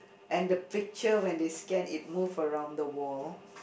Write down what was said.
and the picture when they scan it move around the wall